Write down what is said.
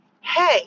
hey